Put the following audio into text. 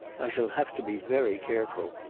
i shall have to be very careful.